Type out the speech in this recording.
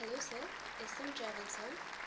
hello sir S M டிராவல்ஸா